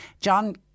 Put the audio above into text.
John